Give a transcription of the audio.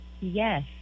Yes